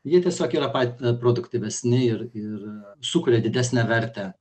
jie tiesiog yra pat produktyvesni ir ir sukuria didesnę vertę